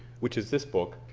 which is this book